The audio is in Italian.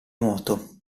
nuoto